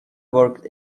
worked